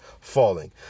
falling